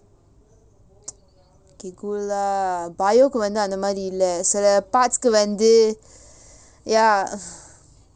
K good lah biology கு வந்து அந்த மாதிரி இல்ல சில:ku vanthu antha maathiri illa sila parts கு வந்து:ku vanthu